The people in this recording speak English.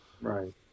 Right